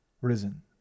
risen